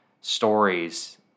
stories